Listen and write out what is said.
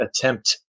attempt